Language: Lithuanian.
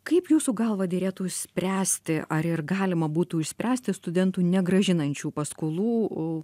kaip jūsų galva derėtų spręsti ar ir galima būtų išspręsti studentų negrąžinančių paskolų